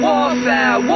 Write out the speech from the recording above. Warfare